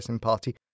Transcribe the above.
party